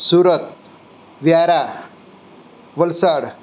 Surat Vyara Valsad